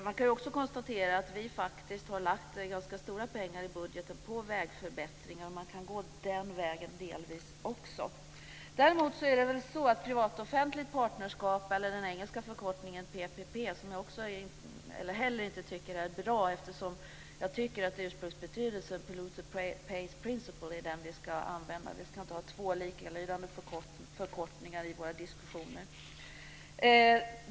Man kan också konstatera att vi faktiskt har lagt ganska stora pengar i budgeten på vägförbättringar. Man kan delvis gå den vägen också. Den engelska förkortningen för privat-offentligt partnerskap är PPP, och jag tycker inte heller att den är bra. Jag tycker att vi ska använda ursprungsbetydelsen polluter pays principle. Vi ska inte ha två likalydande förkortningar i våra diskussioner.